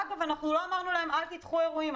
אגב, לא אמרנו להם לא לדחות אירועים.